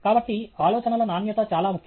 కాబట్టి ఆలోచనల నాణ్యత చాలా ముఖ్యం